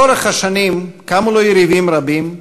לאורך השנים קמו לו יריבים רבים,